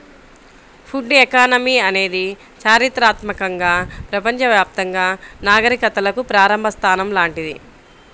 would economy అనేది చారిత్రాత్మకంగా ప్రపంచవ్యాప్తంగా నాగరికతలకు ప్రారంభ స్థానం లాంటిది